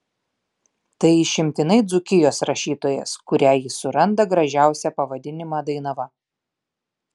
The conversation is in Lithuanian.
tai išimtinai dzūkijos rašytojas kuriai jis suranda gražiausią pavadinimą dainava